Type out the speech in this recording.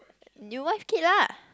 you were kid lah